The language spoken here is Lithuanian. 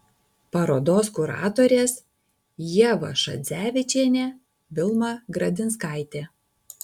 parodos kuratorės ieva šadzevičienė vilma gradinskaitė